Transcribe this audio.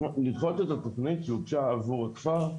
לדחות את התוכנית שהוגשה עבור הכפר,